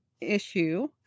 issue